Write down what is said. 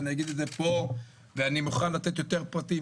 ואני אגיד את זה פה ואני מוכן לתת יותר פרטים.